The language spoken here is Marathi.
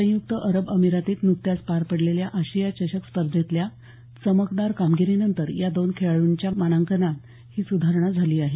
संयुक्त अरब अमिरातीत नुकत्याच पार पडलेल्या आशिया चषक स्पर्धेतल्या चमकदार कामगिरीनंतर या दोन खेळाडूंच्या मानाकनात ही सुधारणा झाली आहे